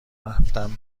رفتم